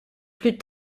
plus